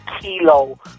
kilo